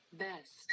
Best